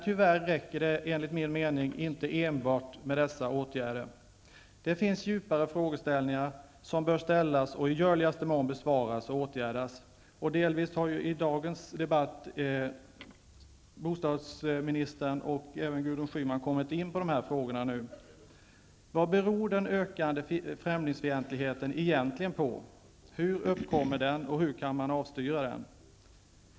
Tyvärr räcker det, enligt min mening, inte med enbart dessa åtgärder. Det finns djupare frågor som bör ställas och som i görligaste mån bör besvaras. Åtgärder bör också vidtas. Delvis har bostadsministern och även Gudrun Schyman i dagens debatt kommit in på dessa frågor. Vad beror den ökande främlingsfientligheten egentligen på? Hur uppkommer den, och hur kan man avstyra den?